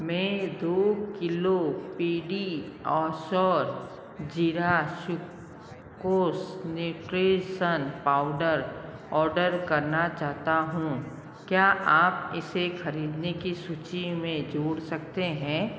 मैं दो kilo PediaSure zero sucrose nutrition powder order करना चाहता हूँ क्या आप इसे ख़रीदने की सूची में जोड़ सकते हैं